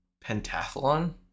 pentathlon